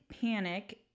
Panic